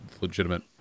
legitimate